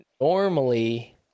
normally